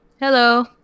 Hello